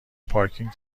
پارکینگ